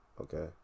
Okay